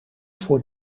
voor